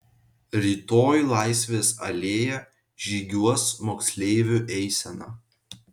rytoj laisvės alėja žygiuos moksleivių eisena